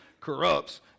corrupts